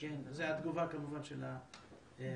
זו התגובה כמובן של המשטרה.